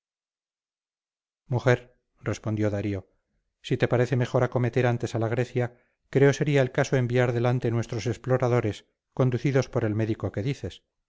mujer respondió darío si te parece mejor acometer antes a la grecia creo sería el caso enviar delante nuestros exploradores conducidos por el médico que dices